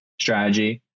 strategy